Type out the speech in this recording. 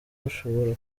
bashobora